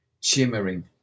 shimmering